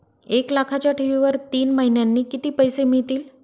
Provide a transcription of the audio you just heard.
एक लाखाच्या ठेवीवर तीन महिन्यांनी किती पैसे मिळतील?